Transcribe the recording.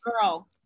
girl